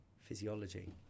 physiology